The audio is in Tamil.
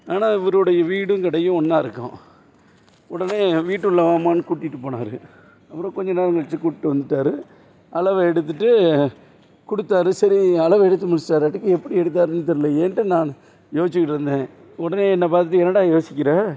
ஆனால் இவருடைய வீடும் கடையும் ஒன்றா இருக்கும் உடனே வீட்டு உள்ளே வாம்மான்னு கூட்டிட்டுப் போனார் அப்பறம் கொஞ்ச நேரம் கழிச்சு கூட்டிட்டு வந்துட்டார் அளவை எடுத்துட்டு கொடுத்தாரு சரி அளவை எடுத்து முடிச்சிட்டாராட்டுக்கு எப்படி எடுத்தாருன்னு தெரிலயேன்ட்டு நான் யோசிச்சிகிட்ருந்தேன் உடனே என்னைப் பார்த்து என்னடா யோசிக்கிற